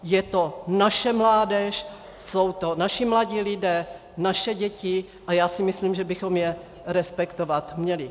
Je to naše mládež, jsou to naši mladí lidé, naše děti a já si myslím, že bychom je respektovat měli.